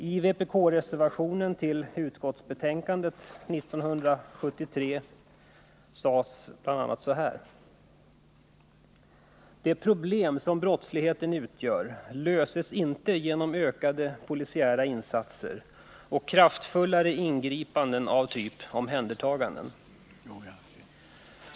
I en vpk-reservation till utskottsbetänkandet år 1973 sades bl.a. att man inte löser ”det problem som brottsligheten utgör genom ökade polisiära insatser och kraftfullare ingripanden av typ omhändertaganden.